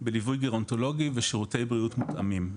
בלווי ריאומטולוגי ושירותי בריאות מותאמים.